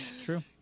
True